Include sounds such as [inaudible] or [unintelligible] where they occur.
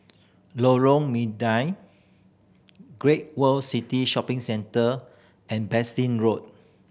Lorong [unintelligible] Great World City Shopping Centre and [unintelligible] Road